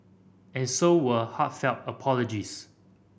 and so were heartfelt apologies